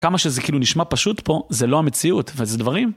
כמה שזה כאילו נשמע פשוט פה, זה לא המציאות, וזה דברים.